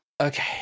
okay